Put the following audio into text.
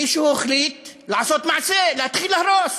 מישהו החליט לעשות מעשה, להתחיל להרוס,